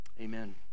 amen